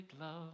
love